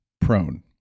prone